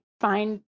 find